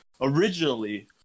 Originally